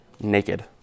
naked